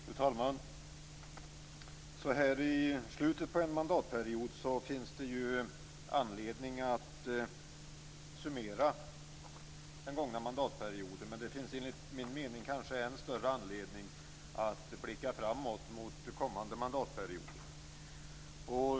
Fru talman! Så här i slutet av en mandatperiod finns det anledning att summera den gångna mandatperioden. Men enligt min mening finns det kanske ännu större anledning att blicka framåt mot kommande mandatperiod.